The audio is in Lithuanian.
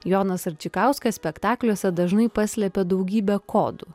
jonas arčikauskas spektakliuose dažnai paslepia daugybę kodų